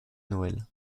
noel